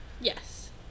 Yes